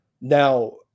Now